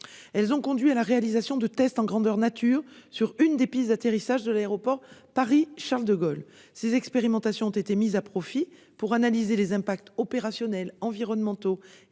Elles ont conduit à la réalisation de tests grandeur nature sur une des pistes d'atterrissage de l'aéroport de Paris-Charles-de-Gaulle. Ces expérimentations ont été mises à profit pour analyser les impacts opérationnels, environnementaux